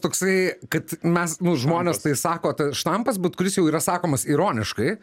toksai kad mes nu žmonės tai sako štampas bet kuris jau yra sakomas ironiškai